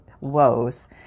woes